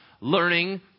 Learning